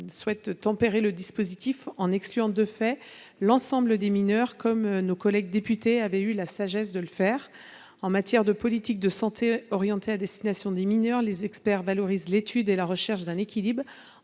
vise à tempérer le dispositif en en excluant l'ensemble des mineurs, comme nos collègues députés avaient eu la sagesse de le faire. En matière de politique de santé à destination des mineurs, les experts valorisent l'étude et la recherche d'un équilibre